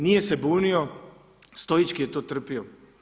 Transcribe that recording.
Nije se bunio, stoički je to trpio.